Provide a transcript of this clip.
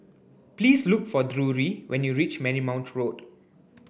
please look for Drury when you reach Marymount Road